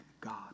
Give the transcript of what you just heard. God